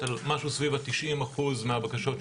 על משהו סביב ה-90 אחוזים מהבקשות שמאושרות.